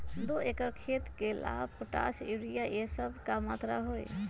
दो एकर खेत के ला पोटाश, यूरिया ये सब का मात्रा होई?